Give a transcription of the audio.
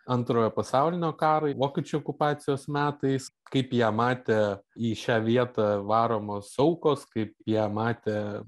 antrojo pasaulinio karo vokiečių okupacijos metais kaip ją matė į šią vietą varomos aukos kaip ją matė